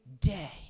day